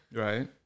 right